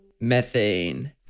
methane